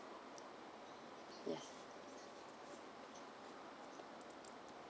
ya